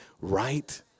right